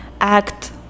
act